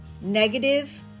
negative